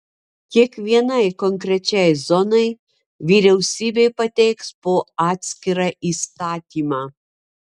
kiekvienai konkrečiai zonai vyriausybė pateiks po atskirą įstatymą